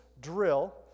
drill